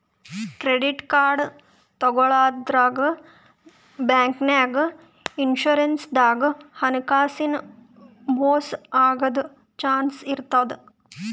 credit card ತಗೋಳಾದ್ರಾಗ್, ಬ್ಯಾಂಕ್ನಾಗ್, insurance ದಾಗ್ ಹಣಕಾಸಿನ್ ಮೋಸ್ ಆಗದ್ ಚಾನ್ಸ್ ಇರ್ತದ್